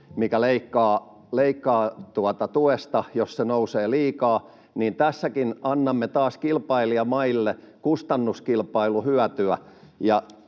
mikä leikkaa tuesta, jos se nousee liikaa, niin tässäkin annamme taas kilpailijamaille kustannuskilpailuhyötyä.